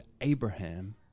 Abraham